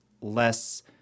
less